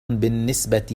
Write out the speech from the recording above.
بالنسبة